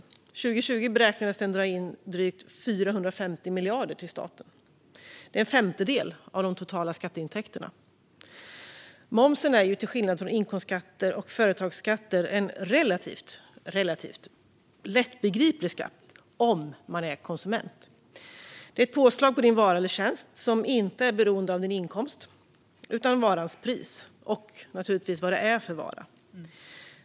År 2020 beräknades den dra in drygt 450 miljarder till staten. Det är en femtedel av de totala skatteintäkterna. Momsen är till skillnad från inkomstskatter och företagsskatter en relativt lättbegriplig skatt om man är konsument. Det är ett påslag på din vara eller tjänst som inte är beroende av din inkomst utan av varans pris, och naturligtvis vad det är för vara.